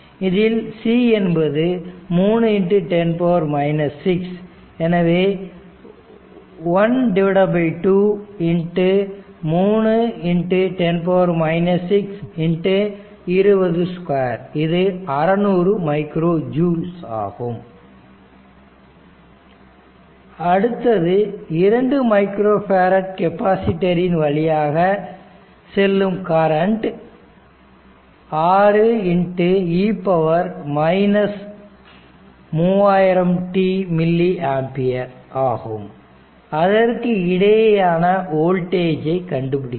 இதில் c என்பது 310 6 எனவே12 3 10 6 20 2 இது 600 மைக்ரோ ஜூல்ஸ் அடுத்தது 2 மைக்ரோ ஃபேரட் கெபாசிட்டரின் வழியாக செல்லும் current 6×e 3000t milli ampere ஆகும் அதற்கு இடையேயான வோல்டேஜ் கண்டுபிடிக்கவும்